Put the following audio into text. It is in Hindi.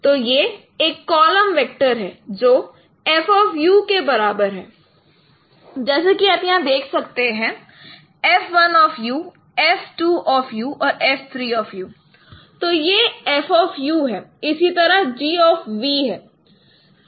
तो यह एक कॉलम वेक्टर है जो F के बराबर है तो यह F है इसी तरह G है